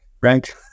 Right